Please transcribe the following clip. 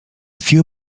few